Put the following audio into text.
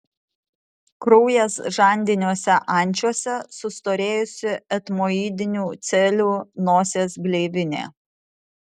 kraujas žandiniuose ančiuose sustorėjusi etmoidinių celių nosies gleivinė